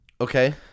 Okay